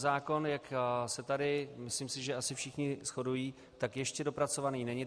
Zákon, jak se tady, myslím si, že asi všichni shodují, tak ještě dopracovaný není.